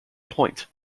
point